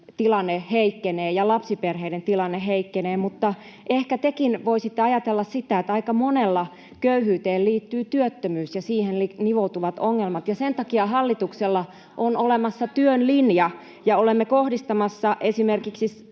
tilanne heikkenee ja lapsiperheiden tilanne heikkenee, mutta ehkä tekin voisitte ajatella sitä, että aika monella köyhyyteen liittyy työttömyys ja siihen nivoutuvat ongelmat, ja sen takia hallituksella on olemassa työn linja ja olemme kohdistamassa esimerkiksi